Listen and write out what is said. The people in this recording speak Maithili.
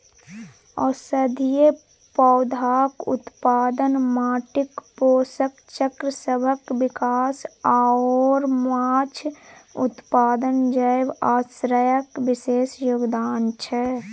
औषधीय पौधाक उत्पादन, माटिक पोषक चक्रसभक विकास आओर माछ उत्पादन जैव आश्रयक विशेष योगदान छै